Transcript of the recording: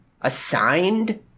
assigned